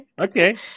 Okay